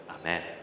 Amen